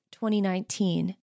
2019